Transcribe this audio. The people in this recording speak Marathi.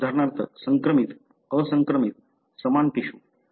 उदाहरणार्थ संक्रमित असंक्रमित समान टिश्यू